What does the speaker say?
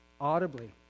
Audibly